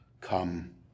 Come